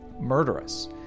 murderous